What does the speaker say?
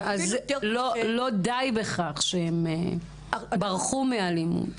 לא די בכך שהם ברחו מאלימות.